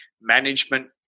management